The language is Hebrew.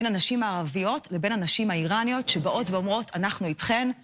בין הנשים הערביות לבין הנשים האיראניות שבאות ואומרות אנחנו איתכן.